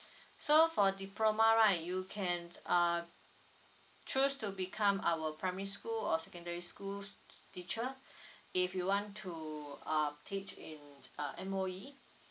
so for diploma right you can uh choose to become our primary school or secondary school teacher if you want to uh teach in uh M_O_E